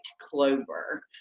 clover